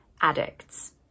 addicts